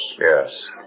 yes